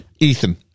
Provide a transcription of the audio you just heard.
Ethan